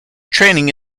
training